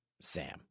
Sam